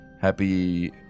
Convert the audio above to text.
happy